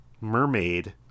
mermaid